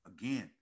Again